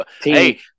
Hey